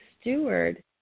steward